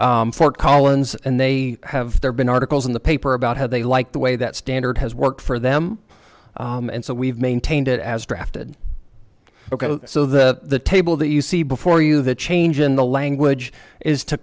by fort collins and they have there been articles in the paper about how they like the way that standard has worked for them and so we've maintained it as drafted so the table that you see before you the change in the language is to